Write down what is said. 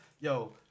yo